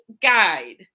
guide